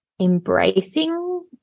embracing